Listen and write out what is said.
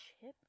Chip